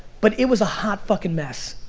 but it was a hot fucking mess.